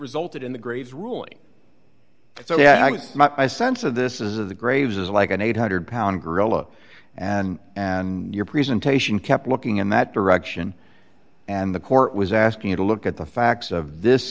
resulted in the graves ruling so yeah i guess my sense of this is of the graves as like an eight hundred pound gorilla and and your presentation kept looking in that direction and the court was asking him to look at the facts of this